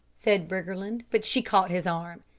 said briggerland, but she caught his arm.